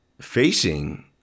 Facing